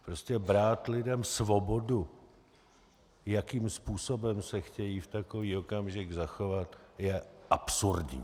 Prostě brát lidem svobodu, jakým způsobem se chtějí v takový okamžik zachovat, je absurdní!